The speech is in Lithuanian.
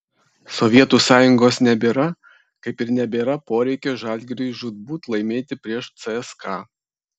sovietų sąjungos nebėra kaip ir nebėra poreikio žalgiriui žūtbūt laimėti prieš cska